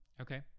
Okay